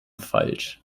falsch